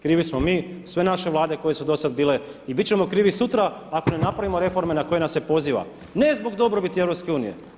Krivi smo mi, sve naše vlade koje su do sada bile i bit ćemo krivi sutra ako ne napravimo reforme na koje nas se poziva ne zbog dobrobiti Europske unije.